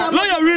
Lawyer